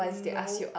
mm no